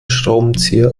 schraubenzieher